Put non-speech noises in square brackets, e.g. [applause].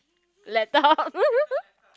laptop [laughs]